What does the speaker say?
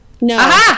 No